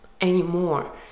anymore